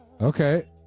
Okay